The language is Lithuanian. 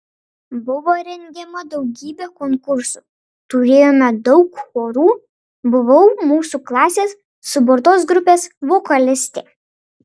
buvo rengiama daugybė konkursų turėjome daug chorų buvau mūsų klasės suburtos grupės vokalistė